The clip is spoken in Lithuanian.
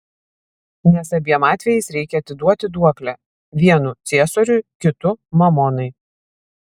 nes abiem atvejais reikia atiduoti duoklę vienu ciesoriui kitu mamonai